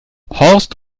horst